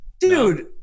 Dude